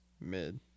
mid